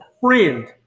friend